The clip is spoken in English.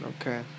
Okay